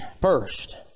first